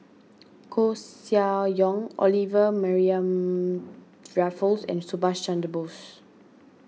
Koeh Sia Yong Olivia Mariamne Raffles and Subhas Chandra Bose